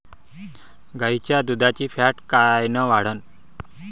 गाईच्या दुधाची फॅट कायन वाढन?